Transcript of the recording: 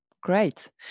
great